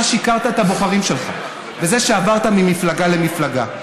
אתה שיקרת את הבוחרים שלך בזה שעברת ממפלגה למפלגה.